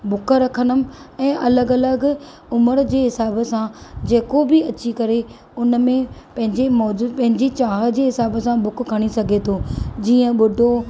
book रखंदमि ऐं अलॻि अलॻि उमिरि जे हिसाब सां जेको बि अची करे उनमें पंहिंजे मोजुब पंहिंजे चाह जे हिसाब सां बुक खणी सघे थो जीअं बु॒ढो